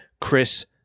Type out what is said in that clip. Chris